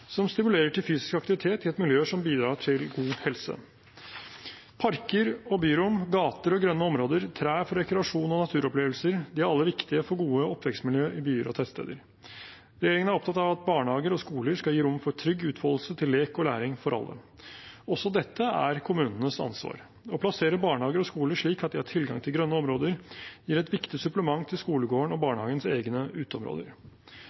som stimulerer til fysisk aktivitet i et miljø som bidrar til god helse. Parker og byrom, gater og grønne områder, trær for rekreasjon og naturopplevelser er alle viktige for gode oppvekstmiljøer i byer og tettsteder. Regjeringen er opptatt av at barnehager og skoler skal gi rom for trygg utfoldelse til lek og læring for alle. Også dette er kommunenes ansvar. Å plassere barnehager og skoler slik at de har tilgang til grønne områder, gir et viktig supplement til skolegården og